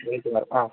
ആ